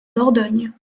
dordogne